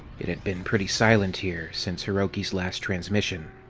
it had been pretty silent here since hiroki's last transmission.